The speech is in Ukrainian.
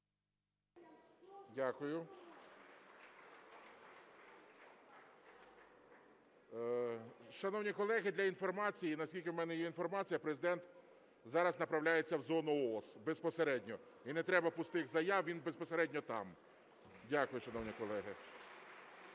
Дякую. Шановні колеги, для інформації, наскільки у мене є інформація, Президент зараз направляється в зону ООС безпосередньо. І не треба пустих заяв, він безпосередньо там. Дякую, шановні колеги.